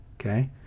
okay